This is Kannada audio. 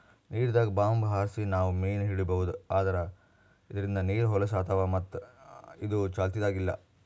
ನೀರ್ದಾಗ್ ಬಾಂಬ್ ಹಾರ್ಸಿ ನಾವ್ ಮೀನ್ ಹಿಡೀಬಹುದ್ ಆದ್ರ ಇದ್ರಿಂದ್ ನೀರ್ ಹೊಲಸ್ ಆತವ್ ಮತ್ತ್ ಇದು ಚಾಲ್ತಿದಾಗ್ ಇಲ್ಲಾ